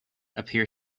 appear